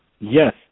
Yes